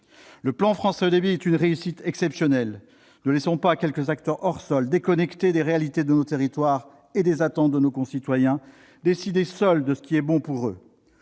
Le plan France Très haut débit est une réussite exceptionnelle. Ne laissons pas quelques acteurs hors sol, déconnectés des réalités de nos territoires et des attentes de nos concitoyens, décider seuls de ce qui est bon pour eux.